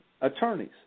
attorneys